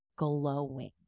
glowing